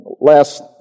last